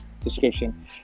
description